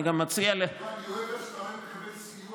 אני גם מציע, אני אוהב איך שאתה אוהב לקבל סיוע